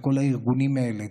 לכל הארגונים האלה.